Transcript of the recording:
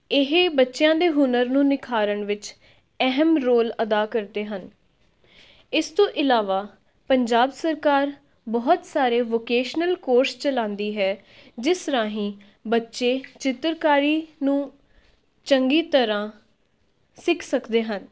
ਇਹ ਬੱਚਿਆਂ ਦੇ ਹੁਨਰ ਨੂੰ ਨਿਖਾਰਨ ਵਿੱਚ ਅਹਿਮ ਰੋਲ ਅਦਾ ਕਰਦੇ ਹਨ ਇਸ ਤੋਂ ਇਲਾਵਾ ਪੰਜਾਬ ਸਰਕਾਰ ਬਹੁਤ ਸਾਰੇ ਵੋਕੇਸ਼ਨਲ ਕੋਰਸ ਚਲਾਉਂਦੀ ਹੈ ਜਿਸ ਰਾਹੀਂ ਬੱਚੇ ਚਿੱਤਰਕਾਰੀ ਨੂੰ ਚੰਗੀ ਤਰ੍ਹਾਂ ਸਿੱਖ ਸਕਦੇ ਹਨ